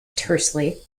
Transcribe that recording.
tersely